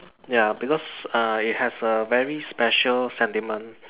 ya because uh it has a very special sentiment